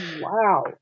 wow